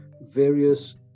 various